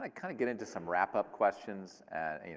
like kind of get into some wrap-up questions, and and you